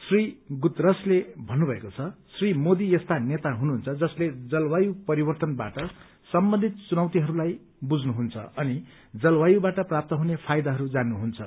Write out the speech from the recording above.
Shri Guterres भन्नुभएको छ श्री मोदी यस्ता नेता हुनुडुन्छ जसले जलवायु परिवर्तनवाट सम्बन्धित चुनौतीहरूलाई बुझ्नुहुन्छ अनि जलवायुवाट प्राप्त हुने फायदाहरू जात्रु हुन्छ